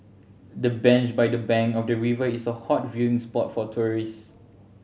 the bench by the bank of the river is a hot viewing spot for tourists